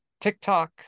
TikTok